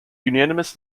unanimous